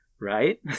Right